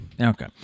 Okay